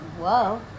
whoa